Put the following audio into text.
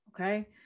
okay